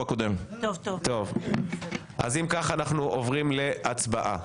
כך, אנחנו עוברים להצבעה.